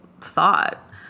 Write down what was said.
thought